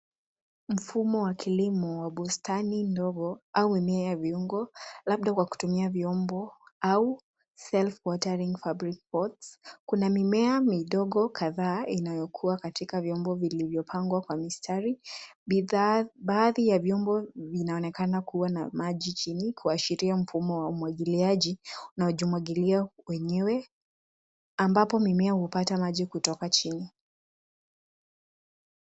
Mfumo wa kilimo wa bustani ndogo au mimea ya viungo labda kwa kutumia vyombo au self-watering fabric pots . Kuna mimea midogo kadhaa inayokua katika vyombo vilivyopangwa kwa mistari. Baadhi ya vyombo vinaonekana kuwa na maji chini; kuashiria mfumo wa umwagiliaji unaojimwagilia wenyewe, ambapo mimea hupata maji kutoka chini.